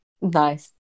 Nice